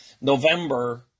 November